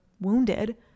wounded